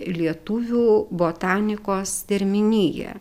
lietuvių botanikos terminiją